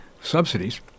subsidies